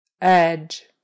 Edge